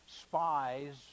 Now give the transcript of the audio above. spies